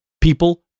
people